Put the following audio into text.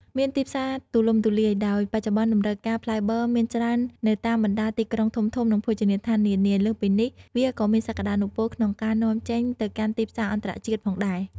មានទីផ្សារទូលំទូលាយ ដោយបច្ចុប្បន្នតម្រូវការផ្លែបឺរមានច្រើននៅតាមបណ្ដាទីក្រុងធំៗ និងភោជនីយដ្ឋាននានា លើសពីនេះ វាក៏មានសក្ដានុពលក្នុងការនាំចេញទៅកាន់ទីផ្សារអន្តរជាតិផងដែរ។